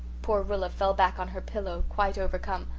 poor rilla fell back on her pillow, quite overcome.